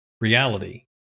reality